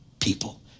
people